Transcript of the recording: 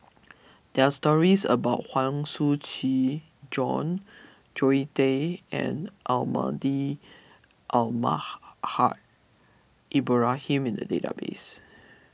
there are stories about Huang Shiqi Joan Zoe Tay and Almahdi Alma Haj Ibrahim in the database